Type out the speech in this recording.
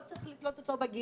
לא צריך לתלות אותו בגיל.